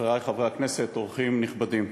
חברי חברי הכנסת, אורחים נכבדים,